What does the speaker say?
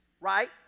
right